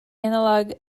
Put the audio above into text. analog